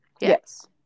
Yes